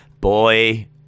Boy